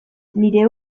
nire